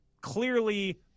clearly